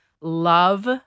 love